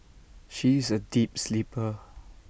she is A deep sleeper